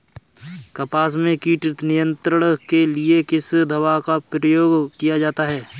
कपास में कीट नियंत्रण के लिए किस दवा का प्रयोग किया जाता है?